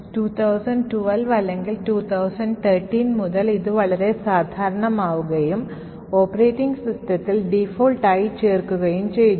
2012 അല്ലെങ്കിൽ 2013 മുതൽ ഇത് വളരെ സാധാരണമാവുകയും ഓപ്പറേറ്റിംഗ് സിസ്റ്റത്തിൽ default ആയി ചേർക്കുകയും ചെയ്തു